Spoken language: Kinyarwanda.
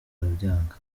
arabyanga